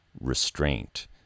restraint